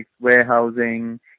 warehousing